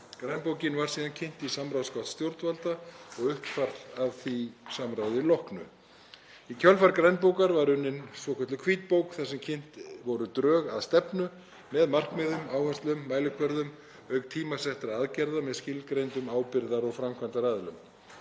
Grænbókin var kynnt í samráðsgátt stjórnvalda og uppfærð að því samráði loknu. Í kjölfar grænbókar var unnin svokölluð hvítbók þar sem kynnt voru drög að stefnu með markmiðum, áherslum og mælikvörðum auk tímasettra aðgerða með skilgreindum ábyrgðar- og framkvæmdaraðilum.